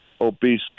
obese